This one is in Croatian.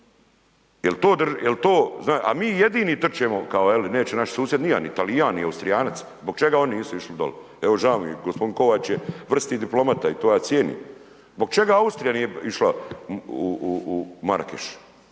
a mi jedini trčemo kao je li neće naši susjedi ni jedan ni Talijan, ni Austrijanac. Zbog čega oni nisu išli doli? Evo, žao mi je gospodin Kovač je vrsni diplomata i to ja cijenim, zbog čega Austrija nije išla u Marakeš,